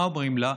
מה אומרים לה?